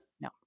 No